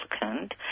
applicant